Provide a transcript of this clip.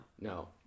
No